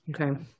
Okay